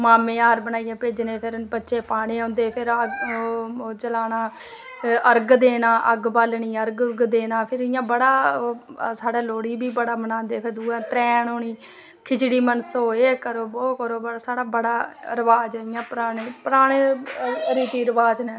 माम्मे हार बनाईयै पेजने फेर बच्चे पाने औंदे फेर ओह् जलाना अर्ग देना अग्ग बालनी अर्घ उर्घ देना फिर इयां बड़ा साढ़ै लोह्ड़ी बी बड़ी बनांदे फिर दुऐ दिन तरैन होनी खिचड़ी मनसो एह् करो बो करो साढ़ा बड़ा रवाज़ इयां पराने रीति रवाज़ नै